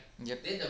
yup